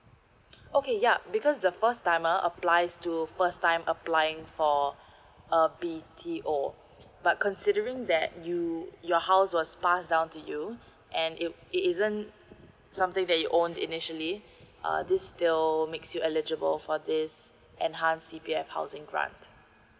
okay ya because the first timer applies through first time applying for a B_T_O but considering that you your house was passed down to you and if it isn't something that you own initially uh this still makes you eligible for this enhanced C_P_F housing grant